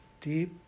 deep